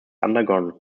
undergone